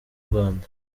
rwanda